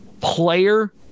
player